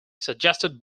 suggested